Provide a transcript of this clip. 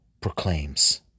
proclaims